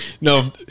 No